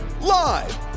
Live